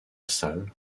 salle